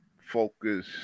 focus